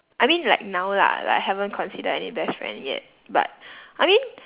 I mean like now lah like haven't considered any best friend yet but I mean